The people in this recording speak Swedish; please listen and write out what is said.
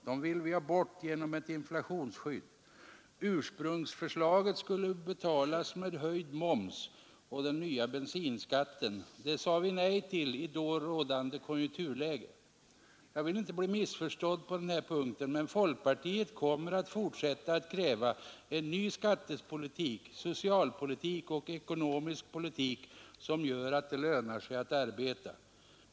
Dem vill vi ha bort genom ett inflationsskydd. Ursprungsförslaget skulle betalas med förhöjd moms och den nya bensinskatten. Det sade vi nej till i då rådande konjunkturläge. Jag vill inte bli missförstådd på denna punkt, men folkpartiet kommer att fortsätta att kräva en ny skattepolitik, socialpolitik och ekonomisk politik som gör att det lönar sig att arbeta.